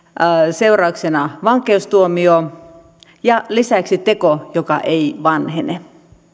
seurauksena vankeustuomio ja lisäksi teko joka ei vanhene